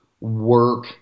work